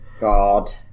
god